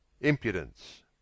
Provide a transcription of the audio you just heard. Impudence